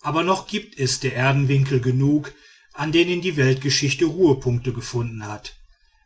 aber noch gibt es der erdenwinkel genug an denen die weltgeschichte ruhepunkte gefunden hat